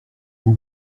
vous